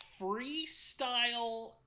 freestyle